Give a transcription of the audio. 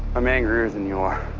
i'm angrier than you are.